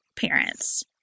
parents